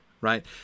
right